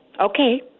Okay